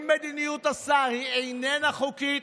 אם מדיניות השר היא איננה חוקית,